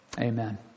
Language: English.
Amen